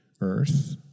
earth